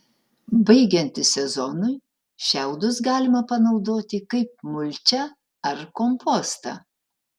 baigiantis sezonui šiaudus galima panaudoti kaip mulčią ar kompostą